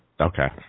Okay